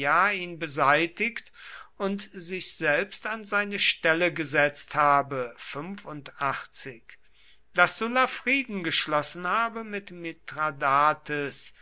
ihn beseitigt und sich selbst an seine stelle gesetzt habe daß sulla frieden geschlossen habe mit mithradates